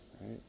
right